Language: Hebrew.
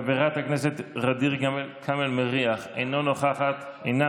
חברת הכנסת ע'דיר כמאל מריח, אינה נוכחת,